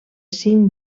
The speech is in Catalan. cinc